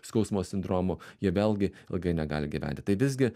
skausmo sindromu jie vėlgi ilgai negali gyventi tai visgi